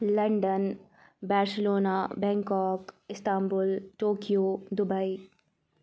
London Barcelona Bangkok Istanbul Tokyo Dubai